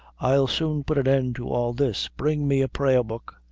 i'll soon put an end to all this. bring me a prayerbook.